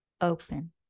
open